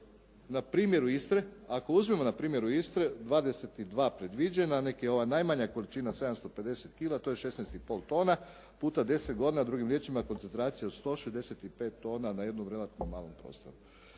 do tone i pol. Ako uzmemo na primjeru Istre 22 predviđena, neka je ova najmanja količina 750 kila, to je 16,5 tona puta deset godina, drugim riječima koncentracija od 165 tona na jednom relativno malom prostoru.